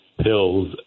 pills